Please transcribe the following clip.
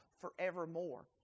forevermore